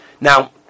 Now